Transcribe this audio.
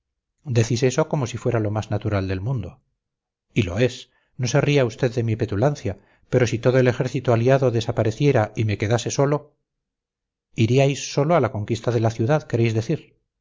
decís eso como si fuera lo más natural del mundo y lo es no se ría usted de mi petulancia pero si todo el ejército aliado desapareciera y me quedase solo iríais solo a la conquista de la ciudad queréis decir